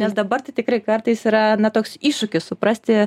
nes dabar tai tikrai kartais yra ne toks iššūkis suprasti